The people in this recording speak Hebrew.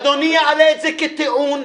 אדוני יעלה את זה כטיעון,